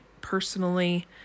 personally